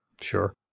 Sure